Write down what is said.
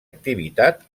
activitat